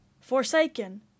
Forsaken